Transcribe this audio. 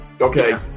Okay